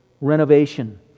renovation